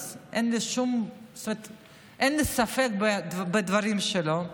אז אין לי ספק בדברים שלו.